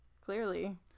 Clearly